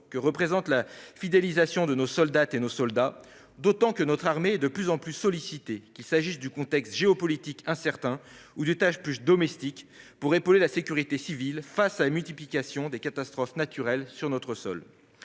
que représente la fidélisation de nos soldates et nos soldats. D'autant que notre armée est de plus en plus sollicitée, qu'il s'agisse du contexte géopolitique incertain ou de tâches plus « domestiques » pour épauler la sécurité civile face à la multiplication des catastrophes naturelles sur notre sol.